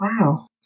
wow